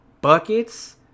buckets